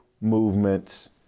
movements